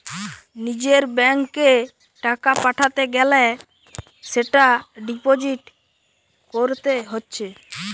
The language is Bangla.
নিজের ব্যাংকে টাকা পাঠাতে গ্যালে সেটা ডিপোজিট কোরতে হচ্ছে